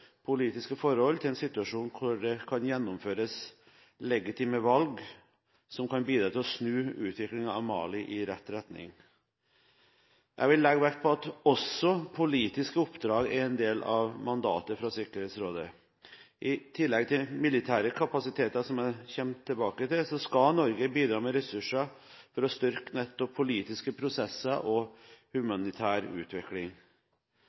politiske forhold til en situasjon hvor det kan gjennomføres legitime valg som kan bidra til å snu utviklingen i Mali i rett retning. Jeg vil legge vekt på at også politiske oppdrag er en del av mandatet fra Sikkerhetsrådet. I tillegg til militære kapasiteter – som jeg kommer tilbake til – skal Norge bidra med ressurser for å styrke nettopp politiske prosesser og humanitær utvikling.